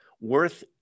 worth